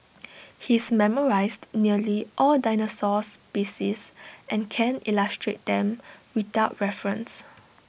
he's memorised nearly all dinosaur species and can illustrate them without references